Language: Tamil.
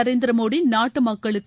நரேந்திர மோடி நாட்டு மக்களுக்கு